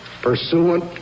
pursuant